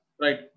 Right